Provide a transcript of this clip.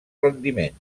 rendiment